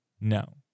No